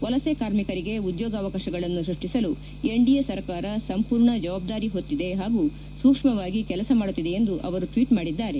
ವಲಸೆ ಕಾರ್ಮಿಕರಿಗೆ ಉದ್ಯೋಗಾವಕಾಶಗಳನ್ನು ಸ್ಪಷ್ಟಿಸಲು ಎನ್ಡಿಎ ಸರ್ಕಾರ ಸಂಪೂರ್ಣ ಜವಾಬ್ದಾರಿ ಹೊತ್ತಿದೆ ಹಾಗೂ ಸೂಕ್ಷ್ಮವಾಗಿ ಕೆಲಸ ಮಾಡುತ್ತಿದೆ ಎಂದು ಅವರು ಟ್ವೀಟ್ ಮಾಡಿದ್ದಾರೆ